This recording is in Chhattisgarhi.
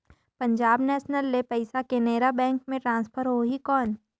पंजाब नेशनल ले पइसा केनेरा बैंक मे ट्रांसफर होहि कौन?